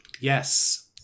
Yes